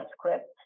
script